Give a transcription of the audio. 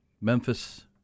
Memphis